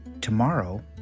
Tomorrow